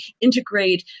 integrate